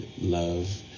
love